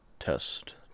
Test